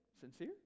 sincere